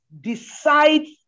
decides